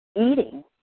eating